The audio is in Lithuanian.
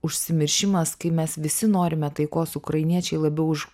užsimiršimas kai mes visi norime taikos ukrainiečiai labiau už